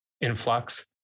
influx